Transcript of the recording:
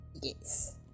Yes